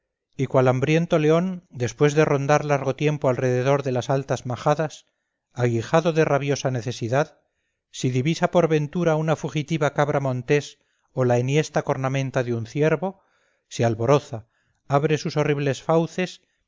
cual hambriento león después de rondar largo tiempo alrededor de las altas majadas aguijado de rabiosa necesidad si divisa por ventura una fugitiva cabra montés o la enhiesta cornamenta de un ciervo se alboroza abre sus horribles fauces